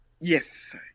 Yes